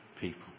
people